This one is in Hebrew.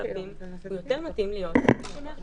--- 10,000 יותר מתאים להיות למי שמארגן,